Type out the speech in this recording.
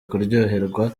kuryoherwa